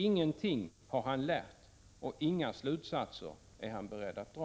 Inget har han lärt och inga slutsatser är han beredd att dra.